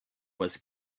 was